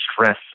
stress